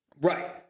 Right